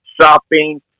shopping